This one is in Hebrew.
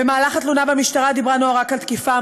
במהלך התלונה במשטרה דיברה נועה רק על תקיפה,